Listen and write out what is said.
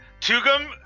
Tugum